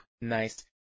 Nice